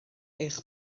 eich